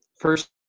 first